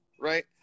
Right